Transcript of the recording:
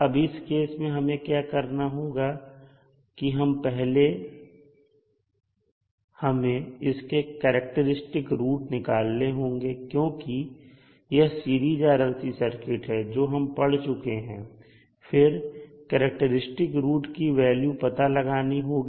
अब इस केस में हमें क्या करना होगा कि पहले हमें इसके करैक्टेरिस्टिक रूट निकालने होंगे क्योंकि यह सीरीज RLC सर्किट है जो हम पढ़ चुके हैं फिर करैक्टेरिस्टिक रूट की वैल्यू पता लगानी होगी